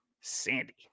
Sandy